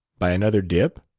by another dip?